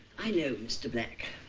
i know mr. black